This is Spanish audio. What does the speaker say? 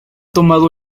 tomado